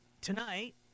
tonight